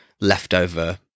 leftover